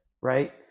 Right